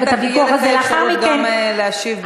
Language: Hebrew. זה פשוט לא נכון, זה לא נכון.